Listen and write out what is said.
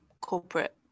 corporate